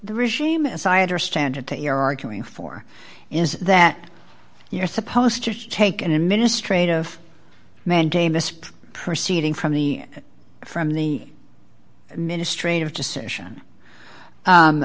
the regime as i understand it that you're arguing for is that you're supposed to take an administrative mandamus proceeding from the air from the administrative decision